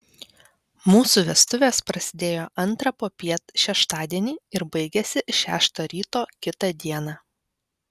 mūsų vestuvės prasidėjo antrą popiet šeštadienį ir baigėsi šeštą ryto kitą dieną